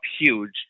huge